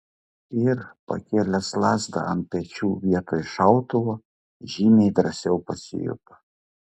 ir pakėlęs lazdą ant pečių vietoj šautuvo žymiai drąsiau pasijuto